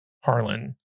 Harlan